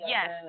Yes